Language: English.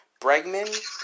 Bregman